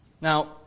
Now